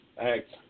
act